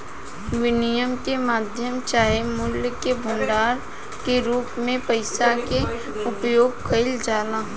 विनिमय के माध्यम चाहे मूल्य के भंडारण के रूप में पइसा के उपयोग कईल जाला